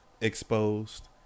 exposed